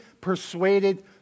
persuaded